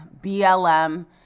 BLM